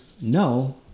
No